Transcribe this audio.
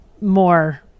more